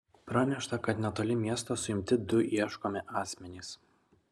pranešta kad netoli miesto suimti du ieškomi asmenys